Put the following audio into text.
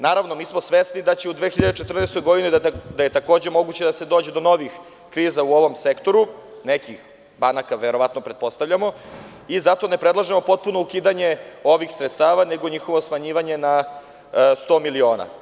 Naravno, mi smo svesni da je u 2014. godini takođe moguće da se dođe do novih kriza u ovom sektoru, nekih banaka, pretpostavljamo, i zato ne predlažemo potpuno ukidanje ovih sredstava nego njihovo smanjivanje na 100 miliona.